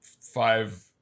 five